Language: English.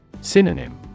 Synonym